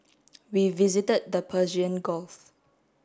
we visited the Persian Gulf